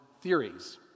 theories